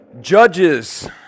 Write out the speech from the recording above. Judges